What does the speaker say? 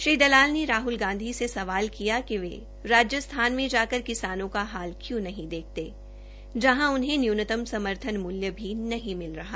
श्री दलाल ने राहल गांधी से सवाल किया कि वे राजस्थान में जाकर किसानों का हाल क्यों नहीं देखते जहां उन्हें न्यूनतम समर्थन मूल्य भी नहीं मिल रहा